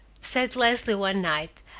said leslie one night,